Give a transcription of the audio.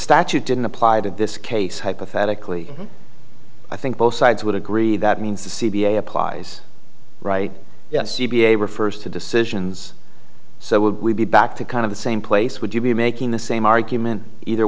statute didn't apply to this case hypothetically i think both sides would agree that means the c b a applies right yes c b a refers to decisions so we'll be back to kind of the same place would you be making the same argument either